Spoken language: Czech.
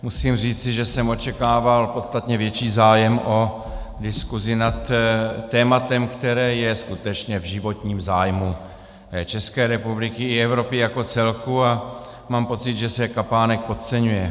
Musím říci, že jsem očekával podstatně větší zájem o diskusi nad tématem, které je skutečně v životním zájmu České republiky i Evropy jako celku, a mám pocit, že se kapánek podceňuje.